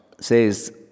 says